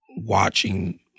watching